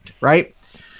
Right